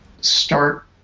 start